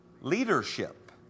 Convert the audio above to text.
leadership